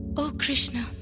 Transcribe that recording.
o krishna,